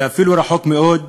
ואפילו רחוק מאוד,